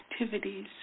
activities